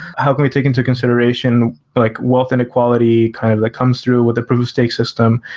how can we take into consideration like wealth and equality kind of that comes through with the proof of stake system,